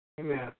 Amen